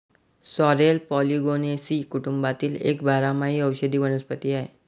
sorrel Polygonaceae कुटुंबातील एक बारमाही औषधी वनस्पती आहे